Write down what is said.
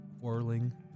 whirling